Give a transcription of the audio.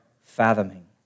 fathoming